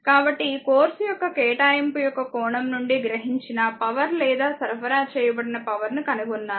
కాబట్టి ఈ కోర్సు యొక్క కేటాయింపు యొక్క కోణం నుండి గ్రహించిన పవర్ లేదా సరఫరా చేయబడిన పవర్ ను కనుగొన్నారు